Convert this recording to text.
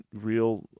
real